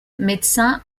médecin